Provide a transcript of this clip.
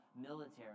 military